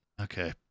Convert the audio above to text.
Okay